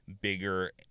bigger